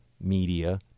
media